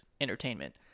entertainment